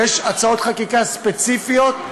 ויש הצעות חקיקה ספציפיות,